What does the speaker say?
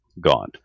gone